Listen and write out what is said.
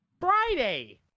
Friday